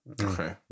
Okay